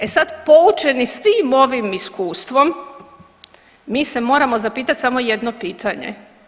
E sad, poučeni svim ovim iskustvom mi se moramo zapitati samo jedno pitanje.